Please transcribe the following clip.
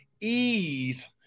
ease